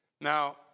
Now